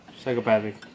Psychopathic